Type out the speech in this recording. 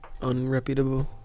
unreputable